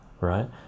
right